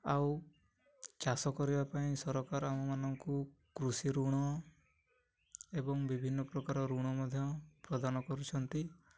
ଆଉ ଚାଷ କରିବା ପାଇଁ ସରକାର ଆମମାନଙ୍କୁ କୃଷି ଋଣ ଏବଂ ବିଭିନ୍ନ ପ୍ରକାର ଋଣ ମଧ୍ୟ ପ୍ରଦାନ କରୁଛନ୍ତି